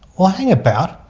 well, hang about,